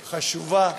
חשובה,